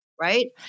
right